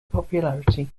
popularity